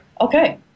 Okay